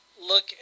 look